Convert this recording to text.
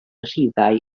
rhifau